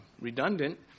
redundant